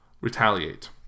Retaliate